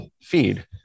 feed